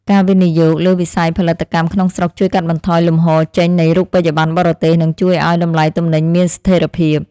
ការវិនិយោគលើវិស័យផលិតកម្មក្នុងស្រុកជួយកាត់បន្ថយលំហូរចេញនៃរូបិយប័ណ្ណបរទេស និងជួយឱ្យតម្លៃទំនិញមានស្ថិរភាព។